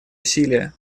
усилия